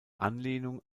anlehnung